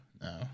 No